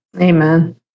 Amen